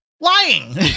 lying